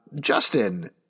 Justin